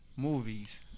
Movies